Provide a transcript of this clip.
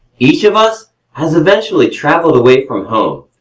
each of us has eventually travelled away from home.